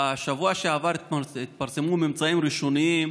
בשבוע שעבר התפרסמו ממצאים ראשוניים